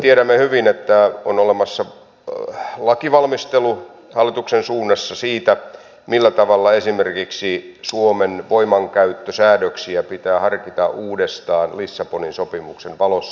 tiedämme hyvin että on olemassa lakivalmistelu hallituksen suunnassa siitä millä tavalla esimerkiksi suomen voimankäyttösäädöksiä pitää harkita uudestaan lissabonin sopimuksen valossa